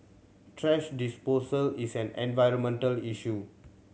thrash disposal is an environmental issue